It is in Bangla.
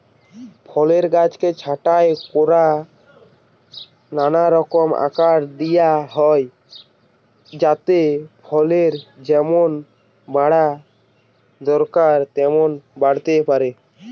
ফলের গাছ ছাঁটাই কোরে নানা রকম আকার দিয়া হয় যাতে ফলের যেমন বাড়া দরকার তেমন বাড়তে পারে